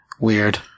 Weird